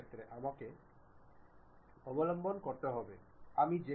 সুতরাং সবকিছু হাইলাইট করা হল